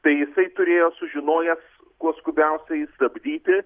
tai jisai turėjo sužinojęs kuo skubiausiai stabdyti